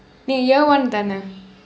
நீ:nii year one தானே:thaane